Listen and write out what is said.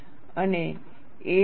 અને A4